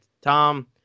Tom